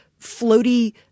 floaty